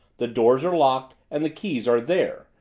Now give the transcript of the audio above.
the doors are locked, and the keys are there,